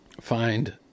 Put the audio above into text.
find